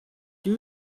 you